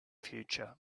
future